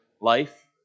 life